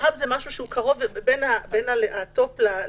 שזה קרוב יותר למטה.